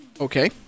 Okay